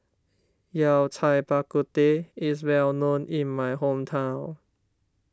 Yao Cai Bak Kut Teh is well known in my hometown